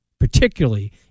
particularly